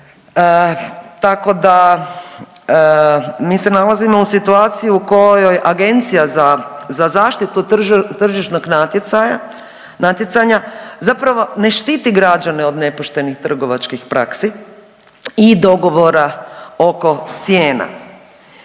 Tako da mi se nalazimo u situaciji u kojoj Agencija za, za zaštitu tržišnog natjecanja zapravo ne štiti građane od nepoštenih trgovačkih praksi i dogovora oko cijena.